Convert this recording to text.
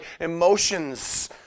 emotions